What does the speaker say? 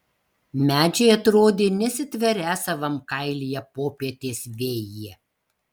medžiai atrodė nesitverią savam kailyje popietės vėjyje